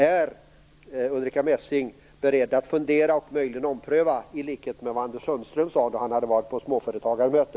Är Ulrica Messing beredd att fundera och möjligen ompröva, i likhet med vad Anders Sundström sade då han hade varit på småföretagarmöte?